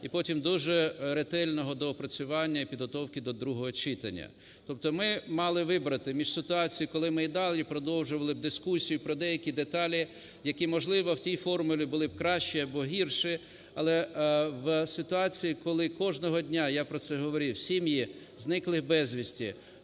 і потім дуже ретельного доопрацювання і підготовки до другого читання. Тобто ми мали вибрати між ситуацією, коли ми і далі продовжували б дискусію про деякі деталі, які, можливо, в тій формулі були б кращі або гірші. Але в ситуації, коли кожного дня, я про це говорив, сім'ї зниклих безвісти,